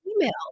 email